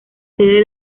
sede